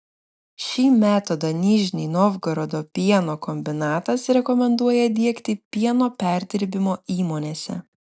šį metodą nižnij novgorodo pieno kombinatas rekomenduoja diegti pieno perdirbimo įmonėse